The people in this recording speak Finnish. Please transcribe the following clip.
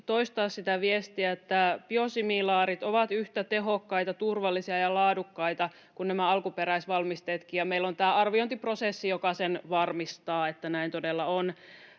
toistaa sitä viestiä, että biosimilaarit ovat yhtä tehokkaita, turvallisia ja laadukkaita kuin nämä alkuperäisvalmisteetkin, ja meillä on tämä arviointiprosessi, joka sen varmistaa, että näin todella on.